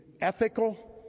ethical